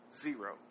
Zero